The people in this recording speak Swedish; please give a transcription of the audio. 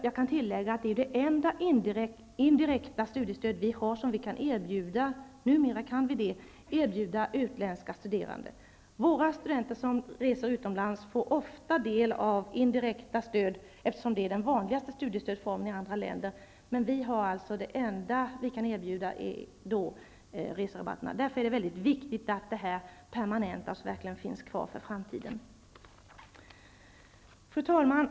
Jag kan tillägga att det är det enda indirekta studiestöd vi har och som vi numera kan erbjuda utländska studerande. Våra studenter som reser utomlands får ofta del av indirekta stöd, eftersom det är den vanligaste studiestödsformen i andra länder. Men det enda vi kan erbjuda är reserabatterna. Det är därför mycket viktigt att rabatterna permanentas och finns kvar för framtiden. Fru talman!